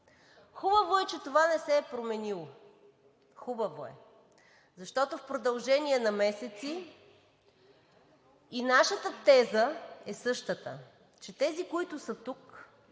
Хубаво е, че това не се е променило – хубаво е, защото в продължение на месеци и нашата теза е същата, че тези, които са тук,